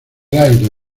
aire